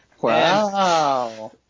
Wow